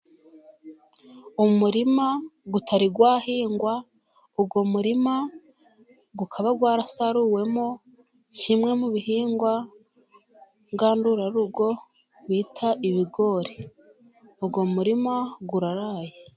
Umurima utari wahingwa. Uwo murima ukaba warasaruwemo kimwe mu bihingwa ngandurarugo bita ibigori. Uwo murima uraraye.